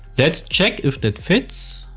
let's check if that fits.